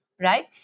right